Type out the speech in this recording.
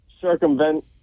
Circumvent